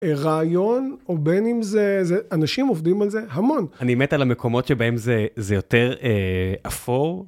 רעיון, או בין אם זה... אנשים עובדים על זה המון. אני מת על המקומות שבהם זה יותר אפור.